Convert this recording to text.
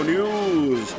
News